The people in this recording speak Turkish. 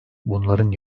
bunların